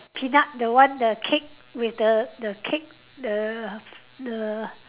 peanut the one the cake with the the cake the the